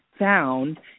found